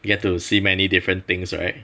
you get to see many different things right